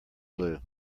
blew